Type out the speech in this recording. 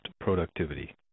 productivity